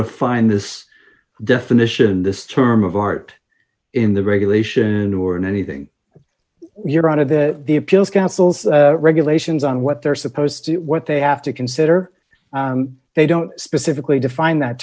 to find this definition this term of art in the regulation or in anything you're out of the the appeals council's regulations on what they're supposed to do what they have to consider they don't specifically define that